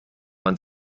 man